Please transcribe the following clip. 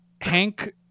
Hank